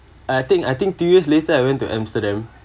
I think I think two years later I went to amsterdam